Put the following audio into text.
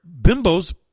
bimbos